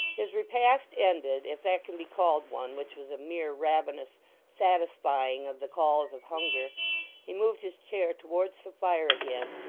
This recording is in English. his repast ended if that can be called one, which was a mere ravenous satisfying of the calls of hunger he moved his chair towards the fire again,